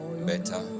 better